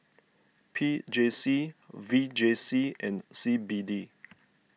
P J C V J C and C B D